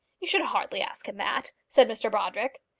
you should hardly ask him that, said mr brodrick.